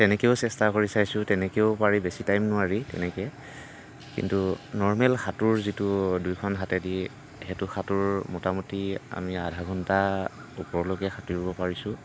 তেনেকৈও চেষ্টা কৰি চাইছোঁ তেনেকৈও পাৰি বেছি টাইম নোৱাৰি তেনেকৈ কিন্তু নৰমেল সাঁতোৰ যিটো দুইখন হাতেদি সেইটো সাঁতোৰ মোটামুটি আমি আধা ঘণ্টা ওপৰলৈকে সাঁতুৰিব পাৰিছোঁ